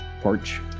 porch